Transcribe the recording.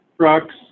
trucks